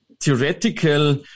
theoretical